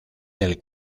del